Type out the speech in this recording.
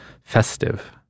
festive